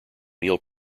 meal